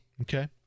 Okay